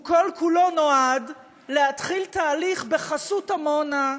הוא כל-כולו נועד להתחיל תהליך בחסות עמונה,